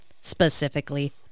specifically